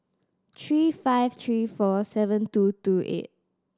three five three four seven two two eight